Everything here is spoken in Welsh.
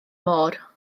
môr